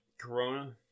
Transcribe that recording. Corona